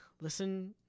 listen